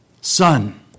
Son